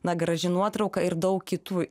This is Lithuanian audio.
na graži nuotrauka ir daug kitų